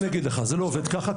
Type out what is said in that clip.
עמית, זה לא עובד ככה.